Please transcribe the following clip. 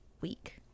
week